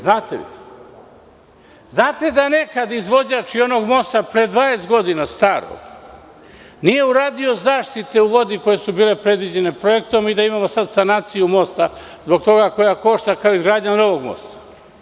Znate li da nekad izvođač i onog mosta pre 20 godina nije uradio zaštite u vodi koje su bile predviđene projektom i da imamo sad sanaciju mosta zbog toga, koja košta kao izgradnja novog mosta.